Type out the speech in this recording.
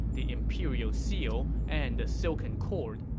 the imperial seal, and the silken cord,